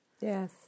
Yes